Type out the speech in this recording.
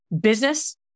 business